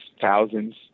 thousands